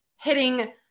hitting